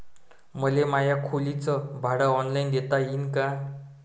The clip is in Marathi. मले माया खोलीच भाड ऑनलाईन देता येईन का?